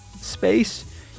space